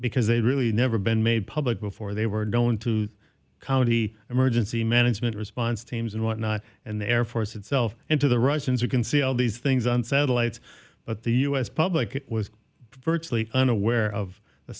because they really never been made public before they were going to county emergency management response teams and whatnot and the air force itself into the russians you can see all these things on satellites but the u s public was virtually unaware of the